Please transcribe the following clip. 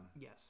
Yes